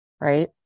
right